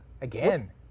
Again